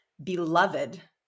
beloved